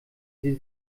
sie